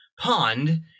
pond